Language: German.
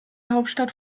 hauptstadt